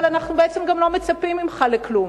אבל אנחנו בעצם גם לא מצפים ממך לכלום,